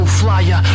flyer